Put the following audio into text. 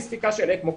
אי ספיקה של אקמו?